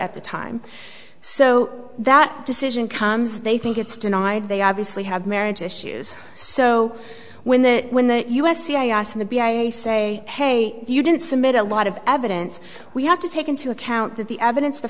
at the time so that decision comes they think it's denied they obviously have marriage issues so when the when the u s c i ask the b i say hey you didn't submit a lot of evidence we have to take into account that the evidence the